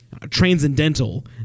transcendental